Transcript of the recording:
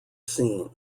scene